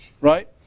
Right